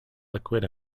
liquid